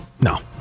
No